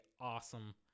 awesome